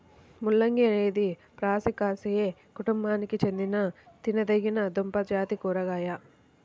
ముల్లంగి అనేది బ్రాసికాసియే కుటుంబానికి చెందిన తినదగిన దుంపజాతి కూరగాయ